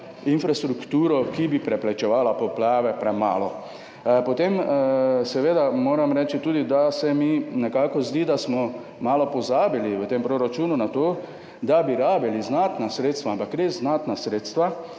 infrastrukturo, ki bi preprečevala poplave, definitivno premalo. Potem moram seveda reči tudi to, da se mi nekako zdi, da smo malo pozabili v tem proračunu na to, da bi potrebovali znatna sredstva, ampak res znatna sredstva